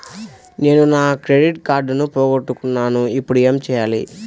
నేను నా క్రెడిట్ కార్డును పోగొట్టుకున్నాను ఇపుడు ఏం చేయాలి?